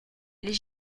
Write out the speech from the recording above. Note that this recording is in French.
les